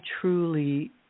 truly